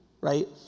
right